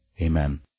Amen